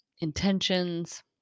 intentions